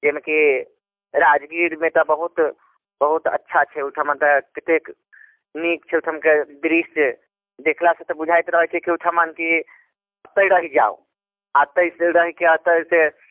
जाहिमे कि राजगीरमे तऽ बहुत बहुत अच्छा छै ओहिठमा तऽ कतेक नीक छै ओहिठमके दृश्य देखलासँ तऽ बुझाइत रहैत छै कि ओहिठमन कि एतहि रहि जाउ एतहि से रहिके एतऽ से